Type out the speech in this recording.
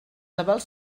avals